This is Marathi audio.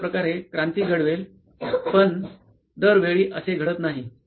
हे एका प्रकारे क्रांती घडवेल पण दर वेळी असे घडत नाही